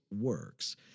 works